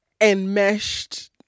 enmeshed